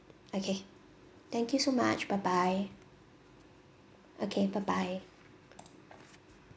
okay thank you so much bye bye okay bye bye